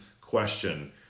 question